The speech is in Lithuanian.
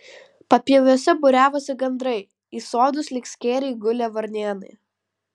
papieviuose būriavosi gandrai į sodus lyg skėriai gulė varnėnai